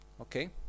okay